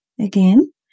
again